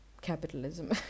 capitalism